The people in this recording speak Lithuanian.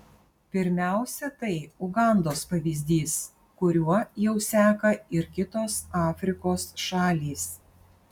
pirmiausia tai ugandos pavyzdys kuriuo jau seka ir kitos afrikos šalys